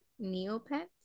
Neopets